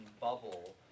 bubble